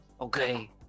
Okay